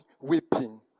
weeping